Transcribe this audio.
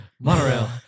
Monorail